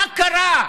מה קרה?